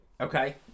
okay